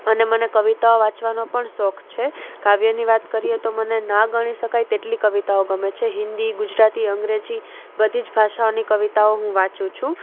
અને મને કવિતાઓ વાંચવાનો પણ શોખ છે કાવ્યની વાત કરીએ તો મને ના ગણી શકાય તેટલી કવિતાઓ ગમે છે હિન્દી ગુજરાતી અંગ્રેજી બધી જ ભાષાઓની કવિતાઓ હું વાંચું છું